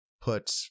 put